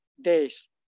days